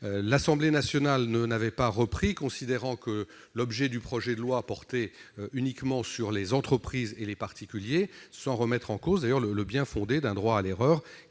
L'Assemblée nationale ne l'avait pas maintenue, considérant que le projet de loi portait uniquement sur les entreprises et les particuliers, sans remettre en cause le bien-fondé d'un droit à l'erreur,